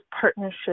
partnership